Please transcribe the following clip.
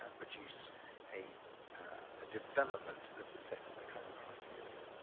ah produce a ah development of the set of the current criteria.